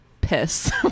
piss